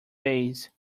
base